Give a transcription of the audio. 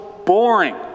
boring